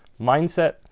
Mindset